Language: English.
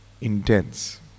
intense